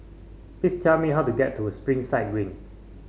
please tell me how to get to Springside Green